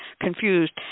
confused